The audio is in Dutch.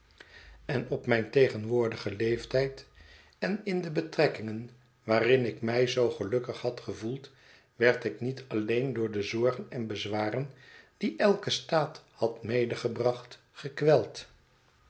en op mijn tegenwoordigen leeftijd en in de betrekkingen waarin ik mij zoo gelukkig had gevoeld werd ik niet alleen door de zorgen en bezwaren die elke staat had medegebracht gekweld